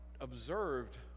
observed